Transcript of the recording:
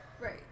Right